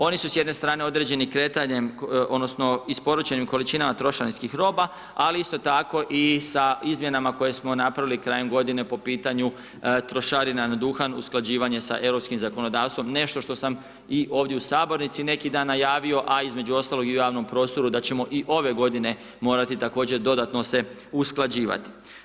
Oni su s jedne strane određeni kretanjem odnosno isporučenim količinama trošanskih roba, ali isto tako i sa izmjenama koje smo napravili krajem godine po pitanju trošarina na duhan, usklađivanje sa europskim zakonodavstvom, nešto što sam i ovdje u sabornici neki dan najavio, a između ostaloga i u javnom prostoru da ćemo i ove godine morati također dodatno se usklađivati.